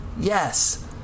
Yes